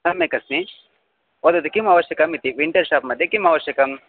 सम्यक् अस्मि वदतु किम् आवश्यकम् इति विण्टर् शाप्मध्ये किम् आवश्यकम्